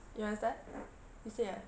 you want to start you say ah